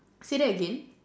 say that again